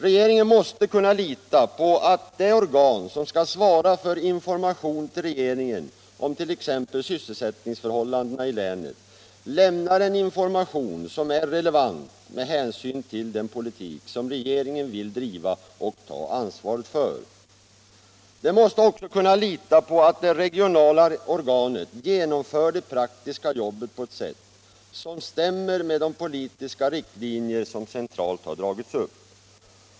Regeringen måste kunna lita på att det organ som skall svara för information till regeringen om 1. ex. Sysselsättningsförhållandena i länet lämnar en information som är relevant med hänsyn till den politik som regeringen vill driva och ta ansvaret för. Den måste också kunna lita på att det regionala organet genomför det praktiska jobbet på ett sätt som stämmer med de politiska riktlinjer som centralt har dragits upp.